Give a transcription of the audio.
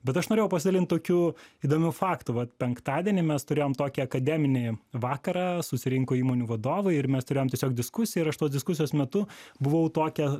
bet aš norėjau pasidalint tokiu įdomiu faktu vat penktadienį mes turėjom tokį akademinį vakarą susirinko įmonių vadovai ir mes turėjom tiesiog diskusiją ir aš tos diskusijos metu buvau tokią